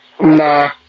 Nah